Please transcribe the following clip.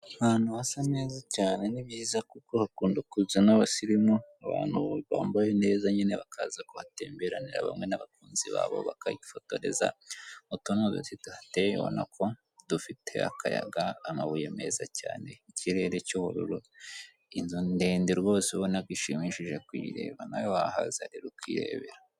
Ahantu hasa neza cyane ni byiza kuko hakunda kuza n'abasirimu, abantu bambaye neza nyine bakaza kuhatemberanira hamwe n'abakunzi babo bakahifotoreza, utu ni uduti tuhateye ubona ko dufite akayaga, amabuye meza cyane, ikirere cy'ubururu, inzu ndende rwose ubona ko ishimishije kuyireba nawe wahaza rero ukirebera.